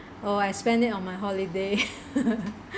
oh I spend it on my holiday